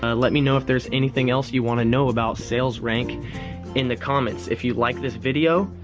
ah let me know if there's anything else you want to know about sales rank in the comments. if you like this video,